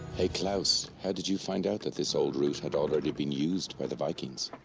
hey claus, how did you find out that this old route had already been used by the vikings?